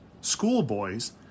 schoolboys